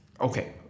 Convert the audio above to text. Okay